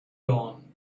dawn